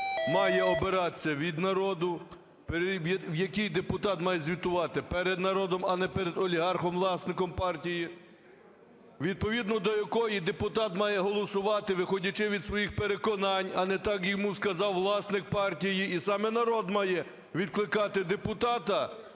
має обиратися від народу, в якій депутат має звітувати перед народом, а не перед олігархом-власником партії, відповідно до якої депутат має голосувати, виходячи із своїх переконань, а не так, як йому сказав власник партії. І саме народ має відкликати депутата,